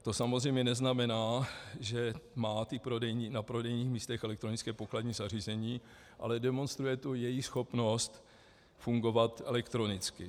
To samozřejmě neznamená, že má na prodejních místech elektronické pokladní zařízení, ale demonstruje to jejich schopnost fungovat elektronicky.